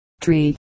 tree